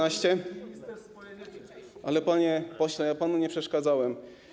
Ale, panie pośle, ja panu nie przeszkadzałem.